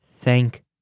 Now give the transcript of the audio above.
thank